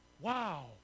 Wow